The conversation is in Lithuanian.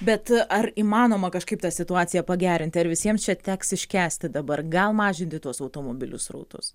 bet ar įmanoma kažkaip tą situaciją pagerinti ar visiems čia teks iškęsti dabar gal mažinti tuos automobilių srautus